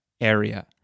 area